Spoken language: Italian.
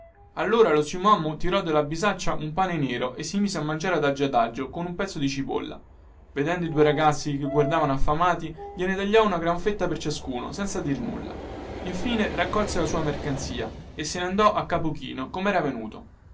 allora lo zio mommu tirò dalla bisaccia un pane nero e si mise a mangiarlo adagio adagio con un pezzo di cipolla vedendo i due ragazzi che guardavano affamati gliene tagliò una gran fetta per ciascuno senza dir nulla infine raccolse la sua mercanzia e se ne andò a capo chino comera venuto